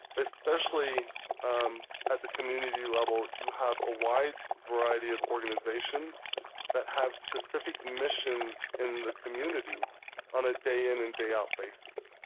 especially at the community level, you have a wide variety of organizations that have specific missions in the community on a day-in and day-out basis.